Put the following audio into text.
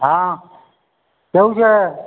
હા કોણ છે